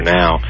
now